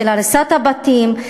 של הריסת הבתים,